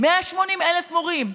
180,000 מורים,